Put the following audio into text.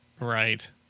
Right